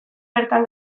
bertan